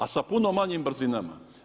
A sa puno manjim brzinama.